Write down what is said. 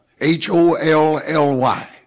H-O-L-L-Y